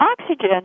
oxygen